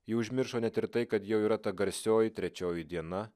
ji užmiršo net ir tai kad jau yra ta garsioji trečioji diena